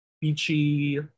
beachy